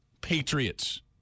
Patriots